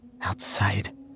Outside